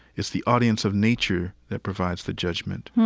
it's the audience of nature that provides the judgment.